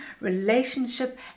relationship